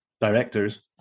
directors